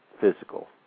physical